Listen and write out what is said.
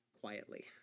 quietly